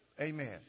Amen